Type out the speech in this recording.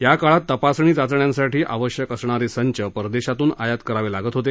याकाळात तपासणी चाचण्यांसाठी आवश्यक असणारे किटस् परदेशातून आयात करावे लागत होते